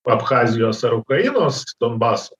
abchazijos ar ukrainos donbaso